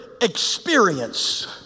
experience